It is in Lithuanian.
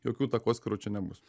jokių takoskyrų čia nebus